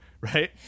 right